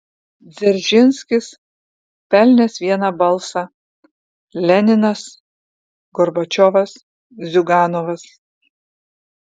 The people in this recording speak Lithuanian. dzeržinskis pelnęs vieną balsą leninas gorbačiovas ziuganovas